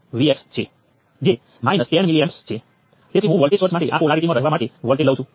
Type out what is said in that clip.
તો ચાલો હું આ દિશામાં નોડ 1 અને 3 ની વચ્ચે કરંટ સોર્સ Ix ઉમેરું છું